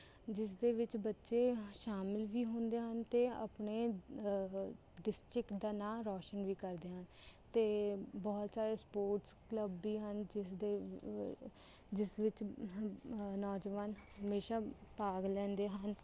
ਜਿਸ ਦੇ ਵਿੱਚ ਬੱਚੇ ਸ਼ਾਮਿਲ ਵੀ ਹੁੰਦੇ ਹਨ ਅਤੇ ਆਪਣੇ ਡਿਸਟ੍ਰਿਕਟ ਦਾ ਨਾਂ ਰੌਸ਼ਨ ਵੀ ਕਰਦੇ ਹਨ ਅਤੇ ਬਹੁਤ ਸਾਰੇ ਸਪੋਰਟਸ ਕਲੱਬ ਵੀ ਹਨ ਜਿਸਦੇ ਜਿਸ ਵਿੱਚ ਨੌਜਵਾਨ ਹਮੇਸ਼ਾ ਭਾਗ ਲੈਂਦੇ ਹਨ